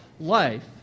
life